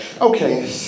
okay